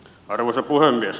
arvoisa puhemies